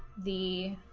the